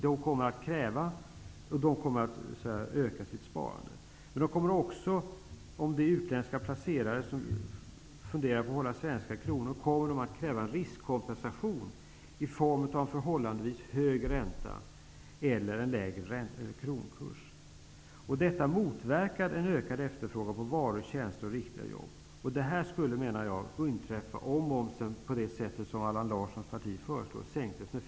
De kommer att öka sitt sparande. Utländska placerare som funderar på svenska kronor kommer att kräva riskkompensation i form av en förhållandevis hög ränta eller en lägre kronkurs. Detta motverkar en ökad efterfrågan på varor och tjänster och riktiga jobb. Jag menar att det skulle inträffa om momsen sänktes med 5 % på det sätt som Allan Larssons parti föreslår.